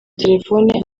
telefoni